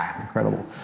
Incredible